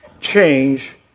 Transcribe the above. change